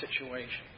situation